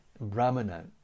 Brahmana